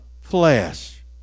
flesh